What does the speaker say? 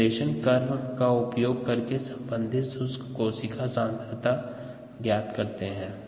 calibration curve का उपयोग करके संबंधित शुष्क कोशिका सांद्रता ज्ञात कर सकते हैं